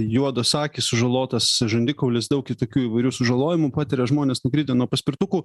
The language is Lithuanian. juodos akys sužalotas žandikaulis daug kitokių įvairių sužalojimų patiria žmonės nukritę nuo paspirtukų